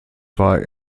war